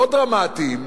לא דרמטיים,